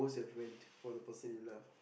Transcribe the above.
most you've went for the person you love